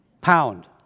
Pound